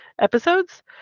episodes